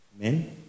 Amen